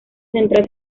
central